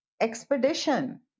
expedition